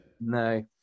No